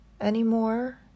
anymore